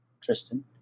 Tristan